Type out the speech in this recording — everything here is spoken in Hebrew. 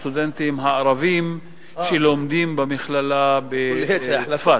של סטודנטים ערבים שלומדים במכללה בצפת.